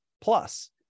plus